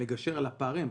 לגשר על הפערים.